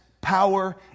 power